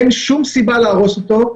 אין שום סיבה להרוס אותו.